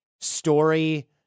story